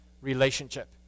relationship